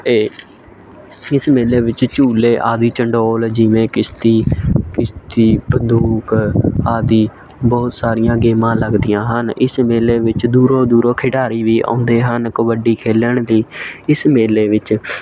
ਏ ਇਸ ਮੇਲੇ ਵਿੱਚ ਝੂਲੇ ਆਦਿ ਚੰਡੋਲ ਜਿਵੇਂ ਕਿਸ਼ਤੀ ਕਿਸ਼ਤੀ ਬੰਦੂਕ ਆਦਿ ਬਹੁਤ ਸਾਰੀਆਂ ਗੇਮਾਂ ਲੱਗਦੀਆਂ ਹਨ ਇਸ ਮੇਲੇ ਵਿੱਚ ਦੂਰੋਂ ਦੂਰੋਂ ਖਿਡਾਰੀ ਵੀ ਆਉਂਦੇ ਹਨ ਕਬੱਡੀ ਖੇਡਣ ਦੀ ਇਸ ਮੇਲੇ ਵਿੱਚ